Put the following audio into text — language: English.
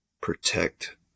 protect